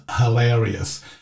hilarious